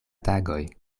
tagoj